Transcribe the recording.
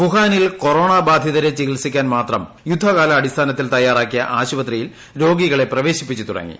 വുഹാനിൽ കൊറോണ ബാധിതരെ ചികിത്സിക്കാൻ മാത്രം യുദ്ധകാലാടിസ്ഥാനത്തിൽ തയ്യാറാക്കിയ ആശുപത്രിയിൽ രോഗികളെ പ്രവേശിപ്പിച്ചു തുടങ്ങി